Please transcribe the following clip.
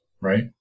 right